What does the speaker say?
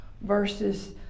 versus